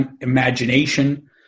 imagination